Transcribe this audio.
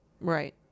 Right